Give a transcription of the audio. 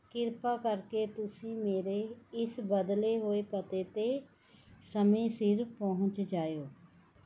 ਕਿਰਪਾ ਕਰਕੇ ਤੁਸੀਂ ਮੇਰੇ ਇਸ ਬਦਲੇ ਹੋਏ ਪਤੇ 'ਤੇ ਸਮੇਂ ਸਿਰ ਪਹੁੰਚ ਜਾਇਓ